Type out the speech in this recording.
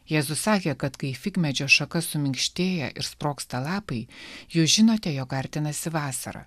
jėzus sakė kad kai figmedžio šaka suminkštėja ir sprogsta lapai jūs žinote jog artinasi vasara